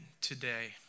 today